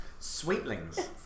Sweetlings